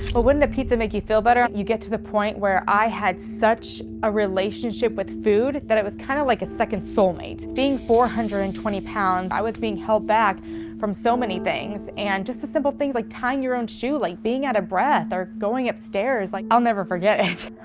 wouldn't the pizza make you feel better? you get to the point where i had such a relationship with food that it was kind of like a second soulmate. being four hundred and twenty pounds i was being held back from so many things and just the simple things like tying your own shoe like being out of breath or going upstairs like i'll never forget it.